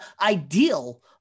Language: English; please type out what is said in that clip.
ideal